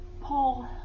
Paul